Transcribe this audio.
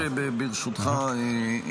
ברשותך,